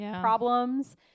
problems